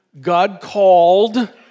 God-called